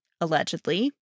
allegedly